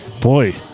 Boy